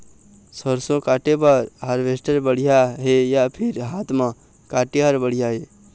सरसों काटे बर हारवेस्टर बढ़िया हे या फिर हाथ म काटे हर बढ़िया ये?